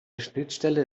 schnittstelle